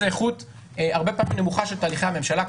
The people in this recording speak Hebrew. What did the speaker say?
זה איכות הרבה פעמים נמוכה של תהליכי הממשלה,